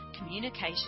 communication